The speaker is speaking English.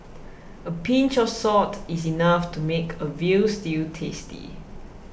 a pinch of salt is enough to make a Veal Stew tasty